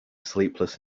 sleepless